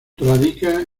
radica